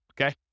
okay